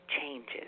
changes